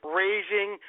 raising